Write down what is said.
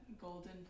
golden